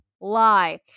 lie